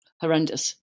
horrendous